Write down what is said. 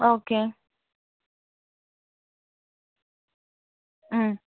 okay ம்